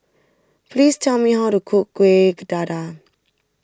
please tell me how to cook Kueh Dadar